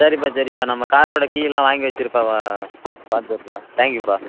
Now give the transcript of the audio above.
சரிப்பா சரிப்பா நம்ம காரோட கீலாம் வாங்கி வைச்சிருப்பா வா பார்த்துக்கப்பா தேங்க்யூப்பா